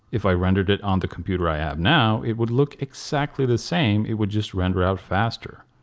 if i rendered it on the computer i have now it would look exactly the same, it would just render out faster.